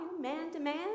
man-to-man